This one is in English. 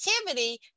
activity